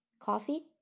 Coffee